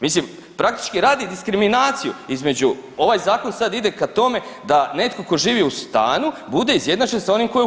Mislim praktički radi diskriminaciju između, ovaj zakon sad ide ka tome da netko tko živi u stanu bude izjednačen sa onim tko je kući.